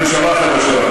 להרכיב ממשלה חדשה.